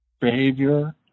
behavior